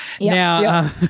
Now